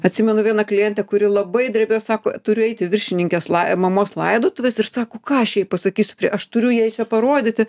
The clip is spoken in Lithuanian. atsimenu vieną klientę kuri labai drebėjo sako turiu eiti viršininkės lai mamos laidotuvės ir sako ką aš jai pasakysiu aš turiu jai čia parodyti